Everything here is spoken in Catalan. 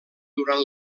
durant